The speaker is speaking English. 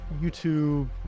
youtube